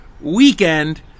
weekend